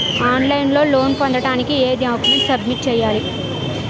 On line లో loan పొందటానికి ఎం డాక్యుమెంట్స్ సబ్మిట్ చేయాలి?